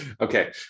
Okay